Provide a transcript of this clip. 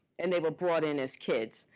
and they were brought in as kids.